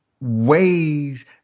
ways